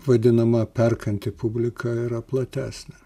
vadinama perkanti publika yra platesnė